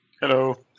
Hello